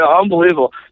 unbelievable